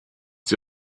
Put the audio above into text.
sie